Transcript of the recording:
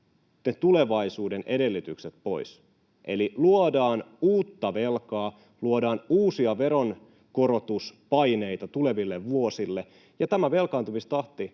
tulevaisuuden edellytykset pois. Eli luodaan uutta velkaa, luodaan uusia veronkorotuspaineita tuleville vuosille, ja tämä velkaantumistahti